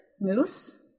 moose